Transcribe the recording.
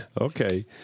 Okay